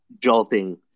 jolting